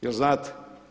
Jel' znate?